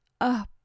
up